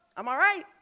i'm all right.